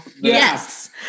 Yes